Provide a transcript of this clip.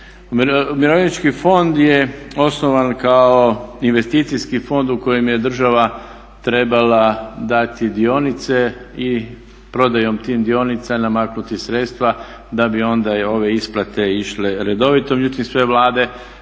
Umirovljenički fond je osnovan kao investicijski fond u kojem je država trebala dati dionice i prodajom tih dionica namaknuti sredstva da bi onda ove isplate išle redovito. Međutim sve vlade